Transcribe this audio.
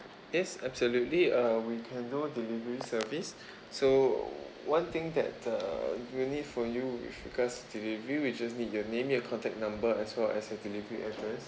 yes absolutely uh we can do delivery service so one thing that uh we need from you with regards to delivery we just need your name your contact number as well as the delivery address